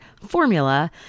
formula